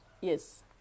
yes